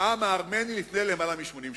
בעם הארמני לפני יותר מ-80 שנה.